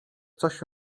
coś